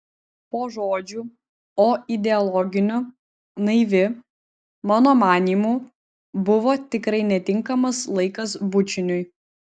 po žodžių o ideologiniu naivi mano manymu buvo tikrai netinkamas laikas bučiniui